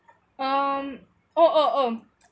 um oh oh oh